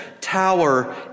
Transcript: tower